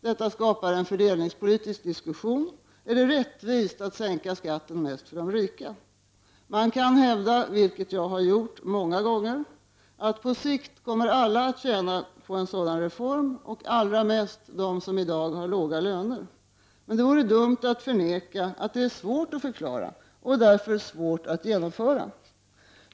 Detta skapar en fördelningspolitisk diskussion: Är det rättvist att sänka skatten mest för de rika? Man kan hävda, vilket jag har gjort många gånger, att på sikt kommer alla att tjäna på en sådan reform, och allra mest de som i dag har låga löner. Men det vore dumt att förneka att detta är svårt att förklara och därför svårt att genomföra.